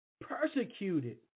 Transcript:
Persecuted